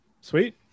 Sweet